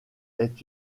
est